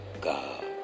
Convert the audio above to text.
God